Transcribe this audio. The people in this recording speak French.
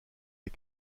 les